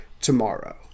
tomorrow